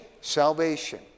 Salvation